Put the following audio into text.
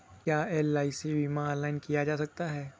क्या एल.आई.सी बीमा ऑनलाइन किया जा सकता है?